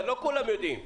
לא כולם יודעים.